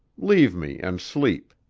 leave me and sleep.